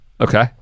Okay